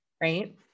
Right